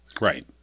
Right